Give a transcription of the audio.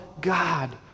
God